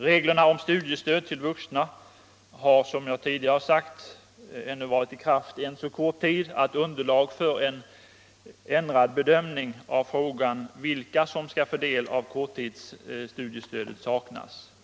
Reglerna om studiestöd till vuxna har, som jag tidigare sagt, ännu varit i kraft så kort tid att underlag för en ändrad bedömning av frågan om vilka som skall få del av korttidsstudiestödet saknas.